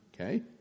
Okay